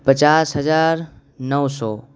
پچاس ہزار نو سو